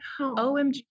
OMG